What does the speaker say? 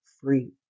free